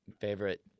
favorite